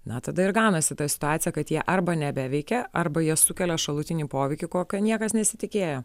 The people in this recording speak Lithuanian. na tada ir gaunasi ta situacija kad jie arba nebeveikia arba jie sukelia šalutinį poveikį kokio niekas nesitikėjo